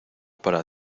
para